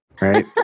Right